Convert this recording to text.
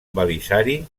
belisari